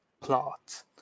plot